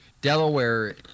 Delaware